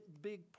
big